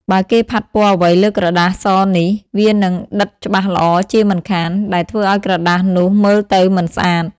បើគេផាត់ពណ៌អ្វីលើក្រដាសសនេះ វានឹងដិតច្បាស់ល្អជាមិនខាន ដែលធ្វើឲ្យក្រដាសនោះមើលទៅមិនស្អាត។